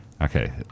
Okay